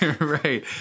right